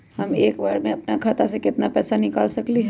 हम एक बार में अपना खाता से केतना पैसा निकाल सकली ह?